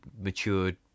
matured